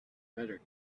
better